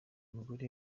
mugore